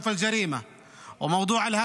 חברת הכנסת יסמין פרידמן, בבקשה.